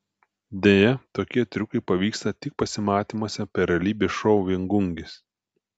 deja tokie triukai pavyksta tik pasimatymuose per realybės šou viengungis